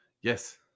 yes